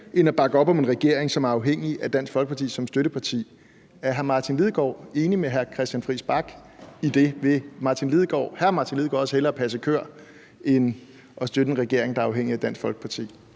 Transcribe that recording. end at bakke op om en regering, der er afhængig af Dansk Folkeparti som støtteparti. Er hr. Martin Lidegaard enig med hr. Christian Friis Bach i det? Vil hr. Martin Lidegaard også hellere passe køer end at støtte en regering, der er afhængig af Dansk Folkeparti?